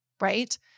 right